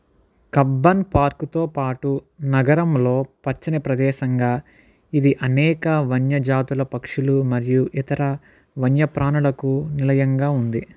Cubbon park తో పాటు నగరంలో పచ్చని ప్రదేశంగా ఇది అనేక వన్య జాతుల పక్షులు మరియు ఇతర వన్యప్రాణులకు నిలయంగా ఉంది